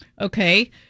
Okay